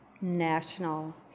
national